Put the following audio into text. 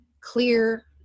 clear